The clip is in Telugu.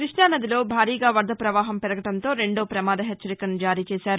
కృష్ణానదిలో భారీగా వరద పవాహం పెరగడంతో రెండో ప్రమాద హెచ్చరిక జారీ చేశారు